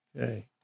Okay